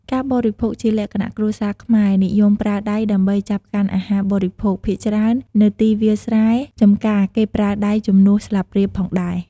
ការបរិភោគជាលក្ខណៈគ្រួសារខ្មែរនិយមប្រើដៃដើម្បីចាប់កាន់អាហារបរិភោគ ភាគច្រើននៅទីវាលស្រែចម្ការគេប្រើដៃជំនួសស្លាបព្រាផងដែរ។